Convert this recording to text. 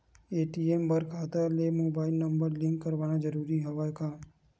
ATM बर खाता ले मुबाइल नम्बर लिंक करवाना ज़रूरी हवय का?